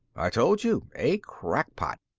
i told you. a crackpot.